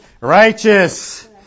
righteous